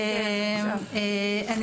מהפרקליטות.